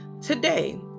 Today